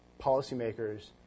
policymakers